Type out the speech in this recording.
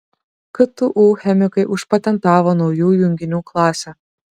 ktu chemikai užpatentavo naujų junginių klasę